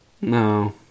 no